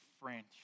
French